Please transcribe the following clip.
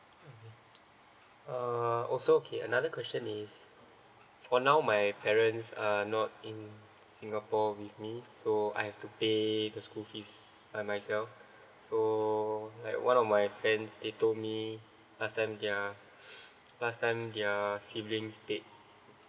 okay uh also okay another question is for now my parents a not in singapore with me so I have to pay the school fees by myself so like one of my friends they told me last time their last time their siblings paid